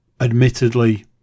admittedly